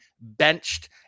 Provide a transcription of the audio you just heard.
benched